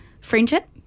friendship